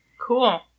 Cool